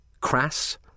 crass